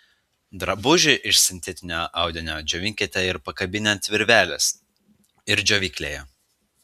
drabužį iš sintetinio audinio džiovinkite ir pakabinę ant virvelės ir džiovyklėje